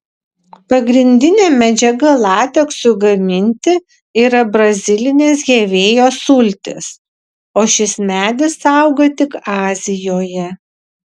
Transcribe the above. pagrindinė medžiaga lateksui gaminti yra brazilinės hevėjos sultys o šis medis auga tik azijoje